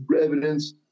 evidence